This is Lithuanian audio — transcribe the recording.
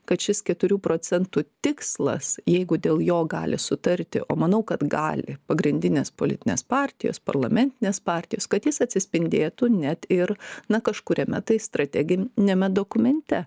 kad šis keturių procentų tikslas jeigu dėl jo gali sutarti o manau kad gali pagrindinės politinės partijos parlamentinės partijos kad jis atsispindėtų net ir na kažkuriame tai strateginiame dokumente